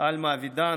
עלמה אבידן,